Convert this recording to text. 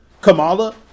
Kamala